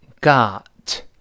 got